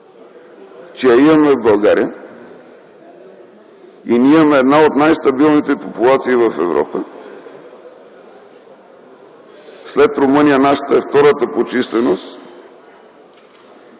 че я имаме в България. Ние имаме една от най-стабилните популации в Европа. След Румъния нашата е втора по численост